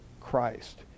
Christ